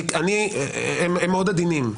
הם מאוד עדינים.